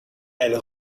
elle